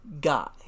guy